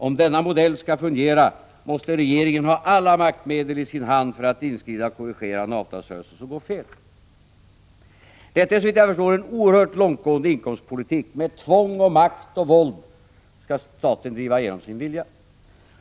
Om denna modell skall fungera måste regeringen ha alla maktmedel i sin hand för att inskrida och korrigera en avtalsrörelse som går fel. Detta är såvitt jag förstår en oerhört långtgående inkomstpolitik. Med tvång och makt och våld skall staten driva igenom sin vilja.